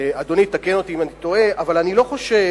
ואדוני, תקן אותי אם אני טועה, אני לא חושב